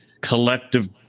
collective